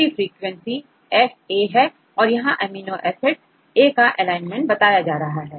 पूरी frequency fa है और यहां अमीनो एसिडa का एलाइनमेंट बता रहा है